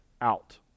out